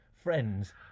Friends